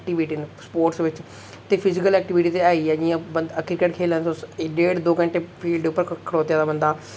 sports बिच ते physical activity ते ऐ जियां बंदा क्रिकेट खेला दे तुस डेढ दो घंटे फील्ड उप्पर खड़ोते दा बंदा